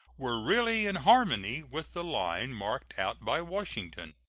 were really in harmony with the line marked out by washington.